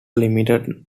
limited